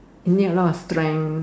you need a lot of strength